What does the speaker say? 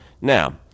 Now